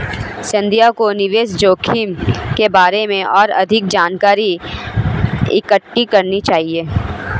संध्या को निवेश जोखिम के बारे में और अधिक जानकारी इकट्ठी करनी चाहिए